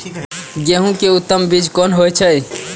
गेंहू के उत्तम बीज कोन होय छे?